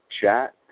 chat